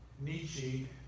Nietzsche